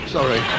Sorry